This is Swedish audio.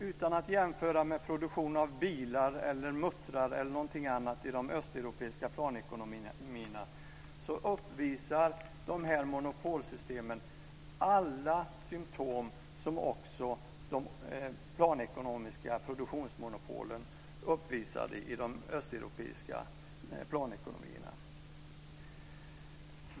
Utan att jag ska jämföra med produktionen av bilar, muttrar eller någonting annat i de östeuropeiska planekonomierna uppvisar monopolsystemen alla symtom som också de planekonomiska produktionsmonopolen uppvisade i Östeuropa.